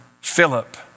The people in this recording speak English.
Philip